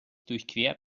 durchquert